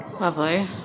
Lovely